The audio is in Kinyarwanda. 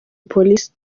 polisi